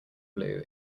blue